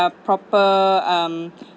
a proper err mm